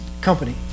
company